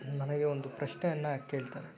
ನನಗೆ ಒಂದು ಪ್ರಶ್ನೆಯನ್ನು ಕೇಳ್ತಾನೆ